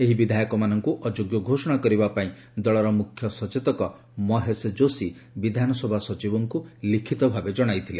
ଏହି ବିଧାୟକମାନଙ୍କୁ ଅଯୋଗ୍ୟ ଘୋଷଣା କରିବା ପାଇଁ ଦଳର ମୁଖ୍ୟସଚେତକ ମହେଶ ଯୋଶୀ ବିଧାନସଭା ସଚିବଙ୍କୁ ଲିଖିତ ଭାବେ ଜଣାଇଥିଲେ